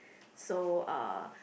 so uh